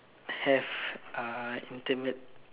have uh intended